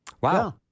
Wow